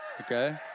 Okay